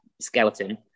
skeleton